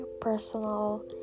personal